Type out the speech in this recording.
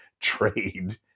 trade